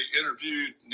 interviewed